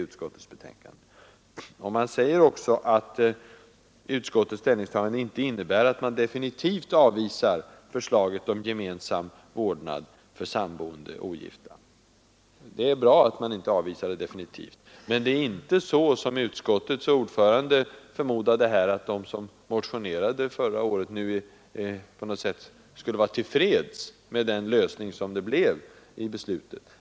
Utskottsmajoriteten framhåller vidare ”att utskottets ställningstagande inte innebär att förslaget om gemensam vårdnad för samboende ogifta föräldrar definitivt bör avvisas som en möjlig lösning av vårdnads problemen”. Det är bra att det förslaget inte avvisas definitivt, men det förhåller sig inte så — som utskottets ordförande förmodade — att de som motionerade förra året nu på något sätt skulle vara till freds med den lösning som beslutet innebar.